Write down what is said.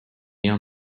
neon